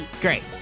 Great